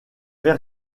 fait